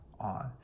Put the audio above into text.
on